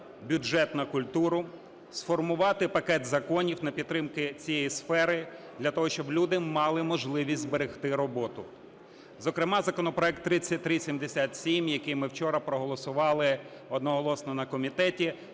бюджет на культуру, сформувати пакет законів на підтримку цієї сфери, для того щоб люди мали можливість зберегти роботу. Зокрема, законопроект 3377, який ми вчора проголосували одноголосно на комітеті,